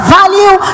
value